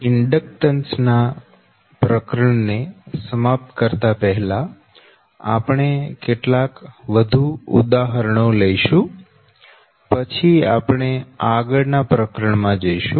inductance ના પ્રકરણ ને સમાપ્ત કરતા પહેલા આપણે કેટલાક વધુ ઉદાહરણો લઈશું પછી આપણે આગળ ના પ્રકરણમાં જઈશું